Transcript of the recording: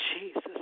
Jesus